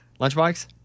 Lunchbox